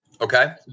Okay